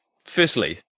firstly